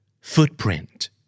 Footprint